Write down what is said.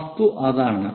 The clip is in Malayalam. വസ്തു അതാണ്